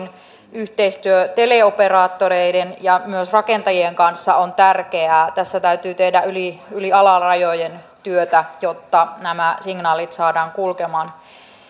yhteistyö teleoperaattoreiden ja myös rakentajien kanssa on tärkeää tässä täytyy tehdä yli toimialarajojen työtä jotta nämä signaalit saadaan kulkemaan